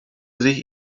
sich